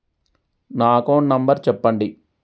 నా account number చెప్పండి?